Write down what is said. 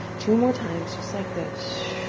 two more times, just like this.